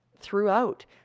throughout